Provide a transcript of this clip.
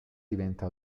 diventa